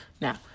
Now